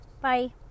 Bye